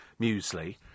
muesli